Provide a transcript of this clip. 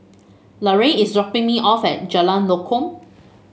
Larae is dropping me off at Jalan Lokam